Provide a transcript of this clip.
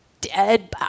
Dead